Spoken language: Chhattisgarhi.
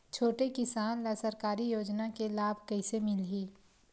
छोटे किसान ला सरकारी योजना के लाभ कइसे मिलही?